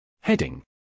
Heading